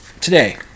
today